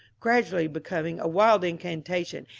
gradually becoming a wild incantation,